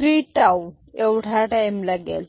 3 tau एवढा time लागेल